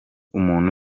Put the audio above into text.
muntu